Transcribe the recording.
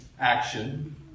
action